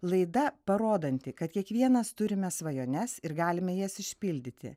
laida parodanti kad kiekvienas turime svajones ir galime jas išpildyti